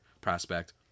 prospect